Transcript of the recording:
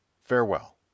Farewell